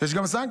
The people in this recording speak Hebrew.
יש גם סנקציות,